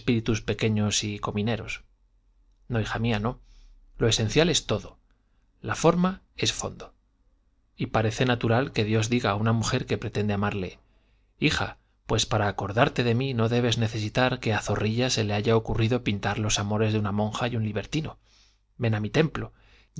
espíritus pequeños y comineros no hija mía no lo esencial es todo la forma es fondo y parece natural que dios diga a una mujer que pretende amarle hija pues para acordarte de mí no debes necesitar que a zorrilla se le haya ocurrido pintar los amores de una monja y un libertino ven a mi templo y